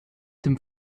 dem